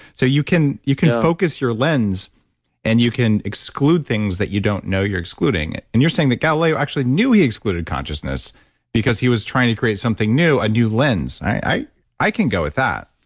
so you can you can focus your lens and you can exclude things that you don't know you're excluding. and you're saying that galileo actually knew he excluded consciousness because he was trying to create something, a new lens. i i can go with that.